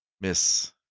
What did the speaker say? Miss